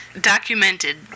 documented